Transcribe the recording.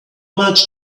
much